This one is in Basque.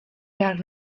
behar